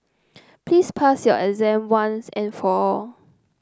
please pass your exam once and for all